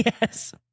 Yes